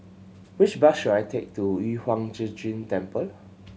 which bus should I take to Yu Huang Zhi Zun Temple